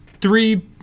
Three